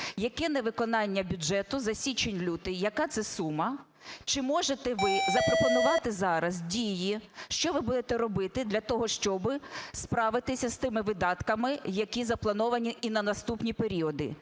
яке невиконання бюджету за січень-лютий, яка це сума, чи можете ви запропонувати зараз дії, що ви будете робити для того, щоби справитися з тими видатками, які заплановані і на наступні періоди?